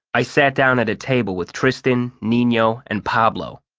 i sat down at a table with tristan, nino, and pablo.